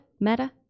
Meta